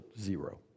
zero